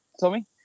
tommy